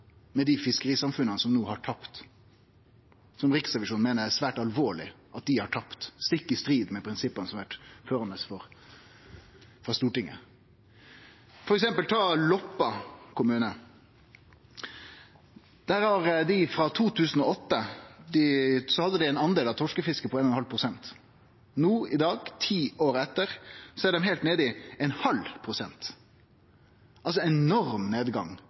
med dei fiskerisamfunna som no har tapt, som Riksrevisjonen meiner er svært alvorleg at har tapt, stikk i strid med prinsippa som har vore førande frå Stortinget? Ta f.eks. Loppa kommune. I 2008 hadde dei ein del av torskefisket på 1,5 pst. I dag, ti år etter, er det heilt nede i 0,5 pst. – ein enorm nedgang